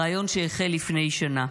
רעיון שהחל לפני שנה.